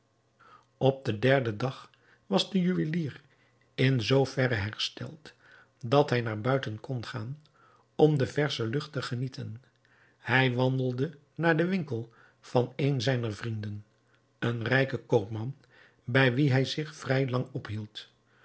op den derden dag was de juwelier in zoo verre hersteld dat hij naar buiten kon gaan om de versche lucht te genieten hij wandelde naar den winkel van een zijner vrienden een rijken koopman bij wien hij zich vrij lang ophield